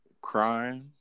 crying